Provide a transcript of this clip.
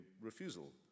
refusal